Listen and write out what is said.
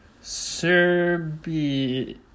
Serbia